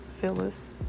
phyllis